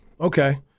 Okay